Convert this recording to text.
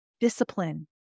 Discipline